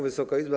Wysoka Izbo!